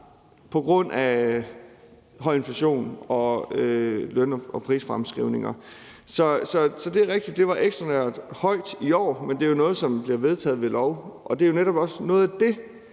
på grund af høj inflation og løn- og prisfremskrivninger. Så det er rigtigt, at det var ekstraordinært højt i år, men det er jo noget, som bliver vedtaget ved lov, og det er netop også noget af det,